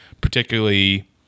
particularly